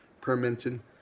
permitting